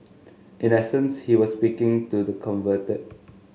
in essence he was speaking to the converted